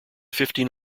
fifteen